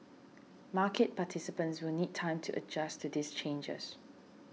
market participants will need time to adjust to these changes